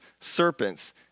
serpents